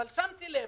אבל שמתי לב,